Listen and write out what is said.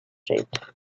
shaped